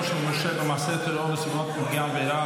של מורשע במעשה טרור לסביבת נפגע העבירה,